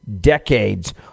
decades